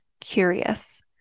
curious